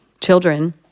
children